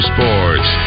Sports